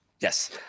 Yes